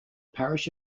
parish